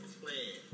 plan